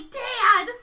dad